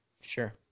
Sure